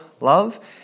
love